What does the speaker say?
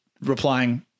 replying